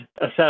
assess